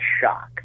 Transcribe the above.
shock